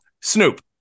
Snoop